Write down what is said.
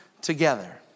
together